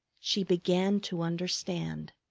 she began to understand.